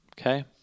okay